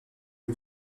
est